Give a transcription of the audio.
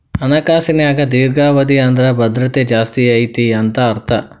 ಹಣಕಾಸಿನ್ಯಾಗ ದೇರ್ಘಾವಧಿ ಅಂದ್ರ ಭದ್ರತೆ ಜಾಸ್ತಿ ಐತಿ ಅಂತ ಅರ್ಥ